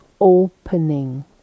opening